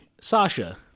Sasha